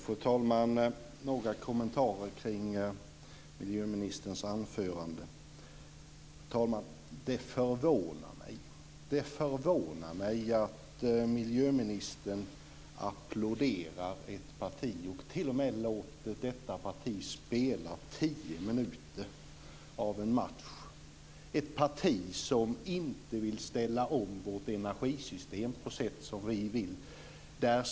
Fru talman! Jag har några kommentarer kring miljöministerns anförande. Det förvånar mig att miljöministern applåderar ett parti som inte vill ställa om vårt energisystem på det sätt som vi vill och t.o.m. låter detta parti spela tio minuter av en match.